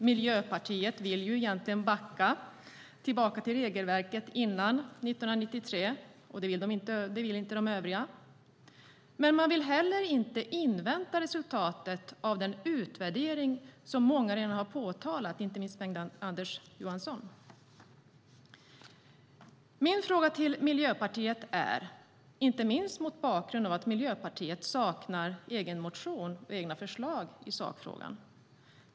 Miljöpartiet vill egentligen backa tillbaka till regelverket som fanns från tiden före år 1993. Det vill inte de övriga. Men man vill heller inte invänta resultatet av den utvärdering som många redan har påtalat, inte minst Bengt-Anders Johansson. Jag har ett par frågor till Miljöpartiet, inte minst mot bakgrund av att Miljöpartiet saknar egen motion och egna förslag i sakfrågan.